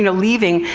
and leaving,